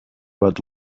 but